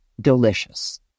delicious